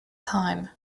time